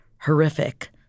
Horrific